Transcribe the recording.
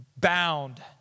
bound